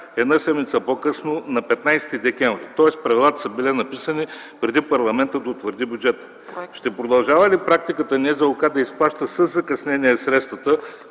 една седмица по-късно, на 15 декември? Тоест правилата са били написани, преди парламентът да утвърди бюджета. Ще продължава ли практиката НЗОК да изплаща със закъснение средствата,